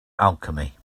alchemy